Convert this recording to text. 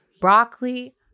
broccoli